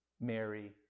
Mary